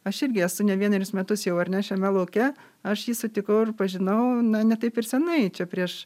aš irgi esu ne vienerius metus jau ar ne šiame lauke aš jį sutikau ir pažinau na ne taip ir senai čia prieš